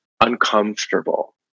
uncomfortable